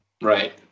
right